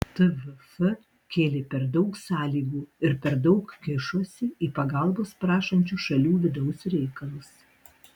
tvf kėlė per daug sąlygų ir per daug kišosi į pagalbos prašančių šalių vidaus reikalus